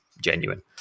genuine